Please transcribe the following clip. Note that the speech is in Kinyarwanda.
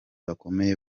bakomeye